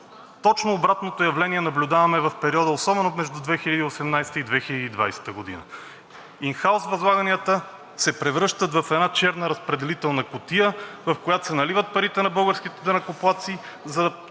Точно обратното явление наблюдаваме в периода, особено между 2018 г . и 2020 г. – ин хаус възлаганията се превръщат в една черна разпределителна кутия, в която се наливат парите на българските данъкоплатци, от